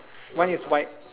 one is white